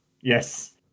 Yes